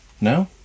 No